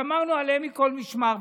שמרנו עליהם מכל משמר.